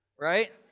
right